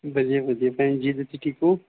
ਵਧੀਆ ਵਧੀਆ ਭੈਣ ਜੀ ਤੁਸੀਂ ਠੀਕ ਹੋ